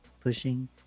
pushing